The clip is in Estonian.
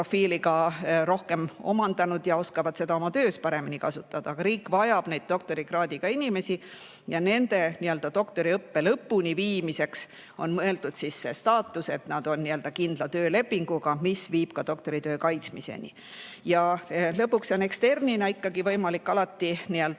rohkem omandanud ja oskavad seda oma töös paremini kasutada. Aga riik vajab neid doktorikraadiga inimesi ja nende doktoriõppe lõpuni viimiseks on mõeldud see staatus, et nad on kindla töölepinguga, mis viib ka doktoritöö kaitsmiseni. Lõpuks on ka eksternina ikkagi võimalik alati läbida